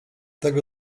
tego